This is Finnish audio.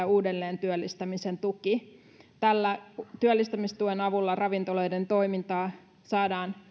uudelleentyöllistämisen tuki työllistämistuen avulla ravintoloiden toimintaa saadaan